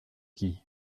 qui